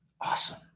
Awesome